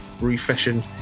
refreshing